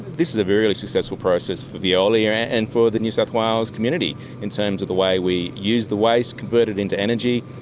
this is a really successful process for veolia and for the new south wales community in terms of the way we use the waste, converted it into energy,